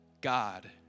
God